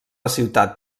ciutat